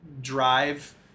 drive